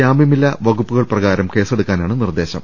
ജാമ്യമില്ലാ വകുപ്പുകൾ പ്രകാരം കേസ്സെടുക്കാനാണ് നിർദ്ദേശം